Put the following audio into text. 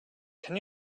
can